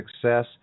success